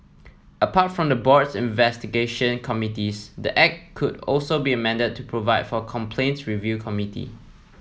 apart from the board's investigation committees the act could also be amended to provide for a complaints review committee